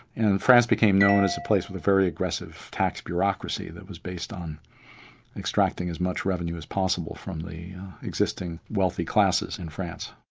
and france became known as the place with a very aggressive tax bureaucracy that was based on extracting as much revenue as possible from the existing wealthy classes in france.